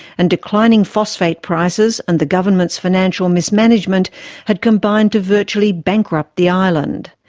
and declining phosphate prices and the government's financial mismanagement had combined to virtually bankrupt the island.